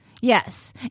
Yes